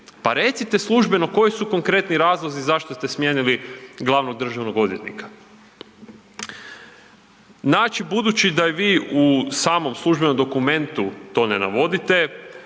Pa recite službeno koji su konkretni razlozi zašto ste smijenili glavnog državnog odvjetnika? Znači budući da vi u samom službenom dokumentu to ne navodite,